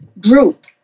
group